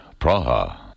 Praha